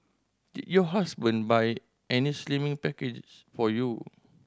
did your husband buy any slimming package for you